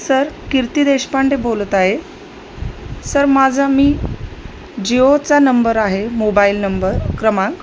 sir Kirti Deshpande बोलत आहे sir माझा मी जिओचा नंबर आहे मोबाईल नंबर क्रमांक